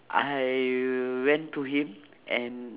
I went to him and